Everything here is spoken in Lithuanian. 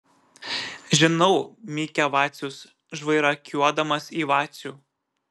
žinau mykia vacius žvairakiuodamas į vacių